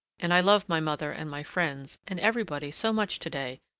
and i love my mother and my friends and everybody so much to-day,